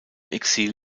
exil